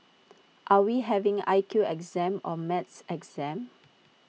are we having I Q exam or maths exam